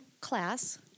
class